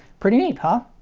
pretty neat, huh?